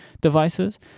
devices